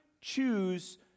choose